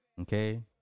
Okay